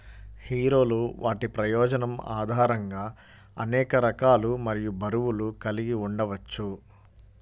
హీరోలు వాటి ప్రయోజనం ఆధారంగా అనేక రకాలు మరియు బరువులు కలిగి ఉండవచ్చు